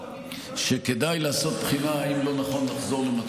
שכדאי לעשות בחינה, לבחון תמיד